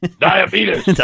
Diabetes